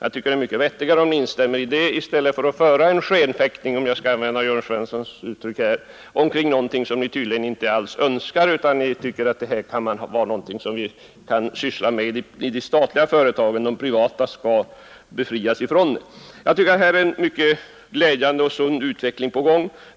Jag tycker det är mycket vettigare att ni instämmer i det än att ni för en skenfäkting — för att använda Jörn Svenssons uttryck här — omkring någonting som ni tydligen inte alls önskar utan som ni tycker man kan syssla med i de statliga företagen men som de privata företagen bör befrias från. Det är en mycket glädjande och sund utveckling på gång.